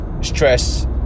stress